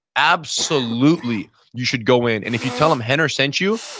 absolutely you should go in and if you tell them rener sent you,